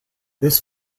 this